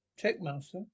Checkmaster